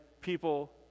people